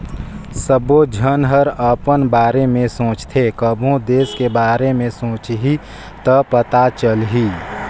सबो झन हर अपन बारे में सोचथें कभों देस के बारे मे सोंचहि त पता चलही